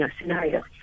scenario